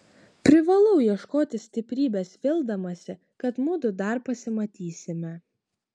privalau ieškoti stiprybės vildamasi kad mudu dar pasimatysime